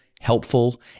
helpful